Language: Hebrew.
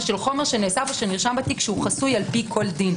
ושהוא חומר שנאסף ושנרשם בתיק שהוא חסוי על פי כל דין.